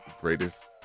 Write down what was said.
Greatest